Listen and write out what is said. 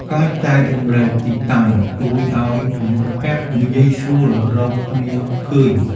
ការចែករំលែកទីតាំង ជួយឱ្យមិត្តភក្តិងាយស្រួលរកគ្នាឃើញ។